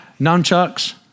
nunchucks